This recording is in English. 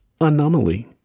anomaly